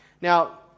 Now